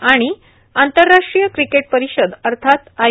आणि आंतरराष्ट्रीय क्रिकेट परिषद अर्थात आय